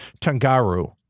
Tangaru